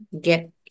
Get